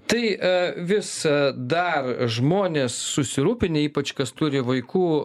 tai visada žmonės susirūpinę ypač kas turi vaikų